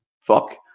fuck